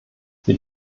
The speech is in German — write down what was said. sie